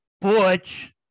Butch